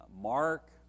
Mark